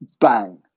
bang